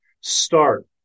start